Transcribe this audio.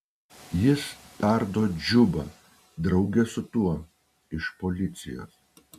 jis tardo džubą drauge su tuo iš policijos